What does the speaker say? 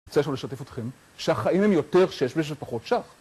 אני רוצה שנייה לשתף אתכם שהחיים הם יותר שש בש ופחות שח